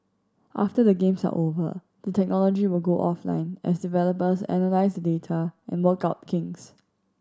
after the Games are over the technology will go offline as developers analyse the data and work out kinks